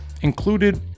included